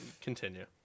continue